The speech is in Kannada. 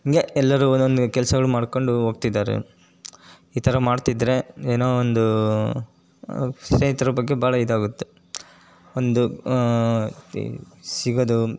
ಹೀಗೆ ಎಲ್ಲರೂ ಒಂದೊಂದು ಕೆಲ್ಸಗಳು ಮಾಡ್ಕೊಂಡು ಹೋಗ್ತಿದ್ದಾರೆ ಈ ಥರ ಮಾಡ್ತಿದ್ದರೆ ಏನೋ ಒಂದು ಸ್ನೇಹಿತ್ರ ಬಗ್ಗೆ ಭಾಳ ಇದು ಆಗುತ್ತೆ ಒಂದು ಸಿಗೋದು